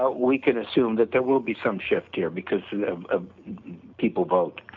ah we can assume that there will be some shift here because of people vote